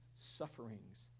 sufferings